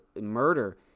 murder